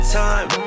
time